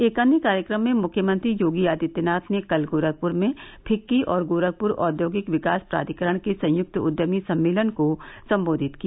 एक अन्य कार्यक्रम में मुख्यमंत्री योगी आदित्यनाथ ने कल गोरखपुर में फिक्की और गोरखपुर औद्योगिक विकास प्राधिकरण के संयुक्त उद्यमी सम्मेलन को संबोधित किया